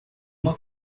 uma